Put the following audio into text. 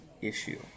issue